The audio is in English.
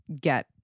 get